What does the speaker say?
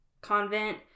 convent